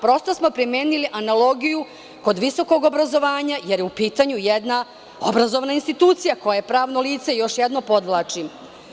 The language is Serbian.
Prosto smo primenili analogiju kod visokog obrazovanja, jer je u pitanju jedna obrazovna institucija koja je pravno lice, još jednom podvlačim.